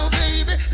baby